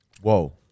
Whoa